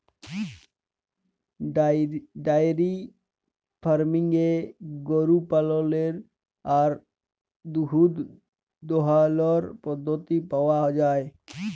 diary ফার্মিংয়ে গরু পাললের আর দুহুদ দহালর পদ্ধতি পাউয়া যায়